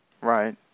Right